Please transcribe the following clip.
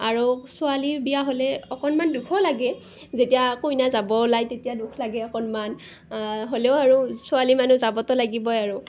আৰু ছোৱালীৰ বিয়া হ'লে অকণমান দুখো লাগে যেতিয়া কইনা যাব ওলায় তেতিয়া দুখ লাগে অকণমান হ'লেও আৰু ছোৱালী মানুহ যাবতো লাগিবই আৰু